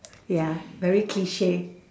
ya very cliche